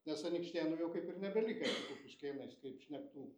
nes anykštėnų jau kaip ir nebelikę su kupiškėnais kaip šnektų